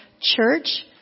church